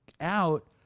out